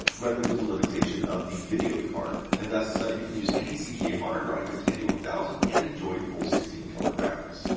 rather it was a limitation of the video card. and thus, you can use any cga monitor on your tandy one thousand and enjoy full sixteen color graphics.